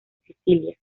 sicilia